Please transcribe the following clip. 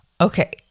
Okay